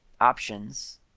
options